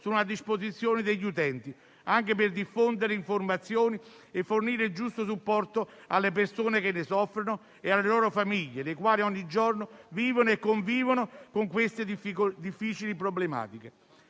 sono a disposizione degli utenti, anche per diffondere informazioni e fornire il giusto supporto alle persone che ne soffrono e alle loro famiglie, le quali ogni giorno vivono e convivono con queste difficili problematiche.